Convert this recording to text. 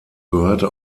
gehörte